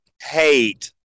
hate